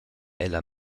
ella